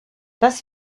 das